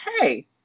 hey